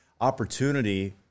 opportunity –